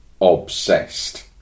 obsessed